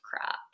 crap